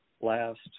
last